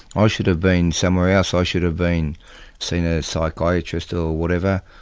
ah i should have been somewhere else, i should have been sent to a psychiatrist or whatever,